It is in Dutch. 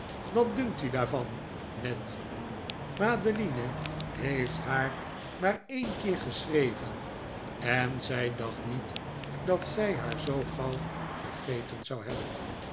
wat dunkt u daarvan ned madeline heeft haar maar een keer geschreven en zij dacht niet dat zij haar zoo gauw vergeten zou hebben